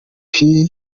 fireman